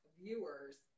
viewers